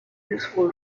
useful